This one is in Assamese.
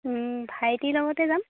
ভাইটিৰ লগতে যাম